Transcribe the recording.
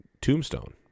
Tombstone